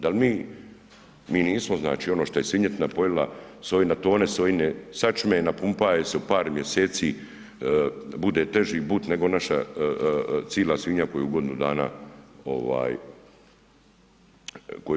Da li mi, mi nismo znači ono što je svinjetina pojela sojine, tone sojine sačme napumpa je se u par mjeseci, bude teži but nego naša cijela svinja koju godinu dana gojimo.